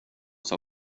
som